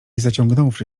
zaciągnąwszy